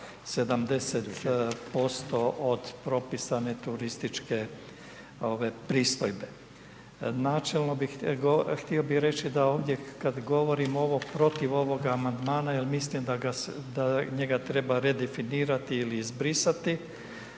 70% od propisane turističke pristojbe. Načelno htio bih reći da ovdje kada govorim ovo protiv ovoga amandmana jer mislim da njega treba redefinirati ili izbrisati,